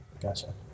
Gotcha